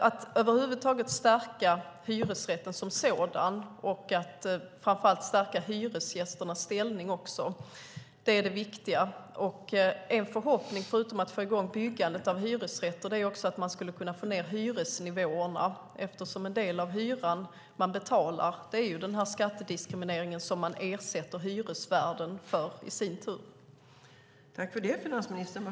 Att stärka hyresrätten som sådan och att framför allt stärka hyresgästernas ställning är det viktiga. En förhoppning, förutom att få i gång byggandet av hyresrätter, är att man skulle kunna få ned hyresnivåerna. En del av hyran man betalar gäller ju den här skattediskrimineringen, som man ersätter hyresvärden för.